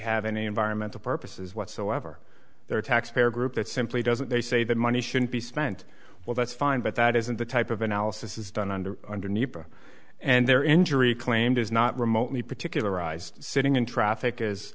have any environmental purposes whatsoever they're a taxpayer group that simply doesn't they say that money shouldn't be spent well that's fine but that isn't the type of analysis is done under underneath and their injury claim does not remotely particularized sitting in traffic is